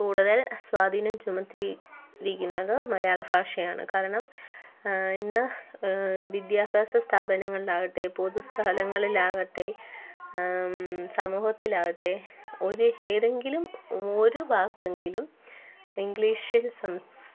കൂടുതൽ സ്വാധീനം ചുമത്തി ഇരിക്കുന്നത് മലയാളം ഭാഷയാണ് കാരണം ഇന്ന് വിദ്യാഭ്യാസ സ്ഥാപനങ്ങളിലാകട്ടെ പൊതു സ്ഥലങ്ങളിലാകട്ടെ സമൂഹങ്ങളിലാകട്ടെ ഒരു ഏതെങ്കിലും ഒരു വാക്ക് എങ്കിലും ഇംഗ്ലീഷിൽ സംസ്